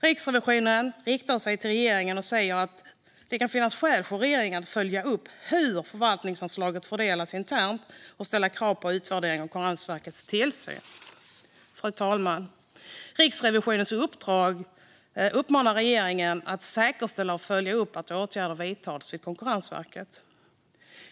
Riksrevisionen riktar sig till regeringen och säger att det kan finnas skäl för regeringen att följa upp hur förvaltningsanslaget fördelas internt och ställa krav på utvärdering av Konkurrensverkets tillsyn. Fru talman! Riksrevisionen uppmanar regeringen att säkerställa och följa upp att åtgärder vidtas vid Konkurrensverket.